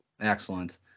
Excellent